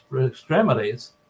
extremities